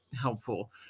helpful